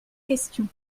questions